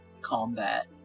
combat